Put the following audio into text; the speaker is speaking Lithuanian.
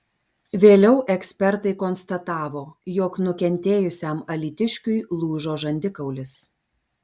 vėliau ekspertai konstatavo jog nukentėjusiam alytiškiui lūžo žandikaulis